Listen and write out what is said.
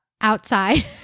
outside